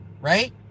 right